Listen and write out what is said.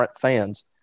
fans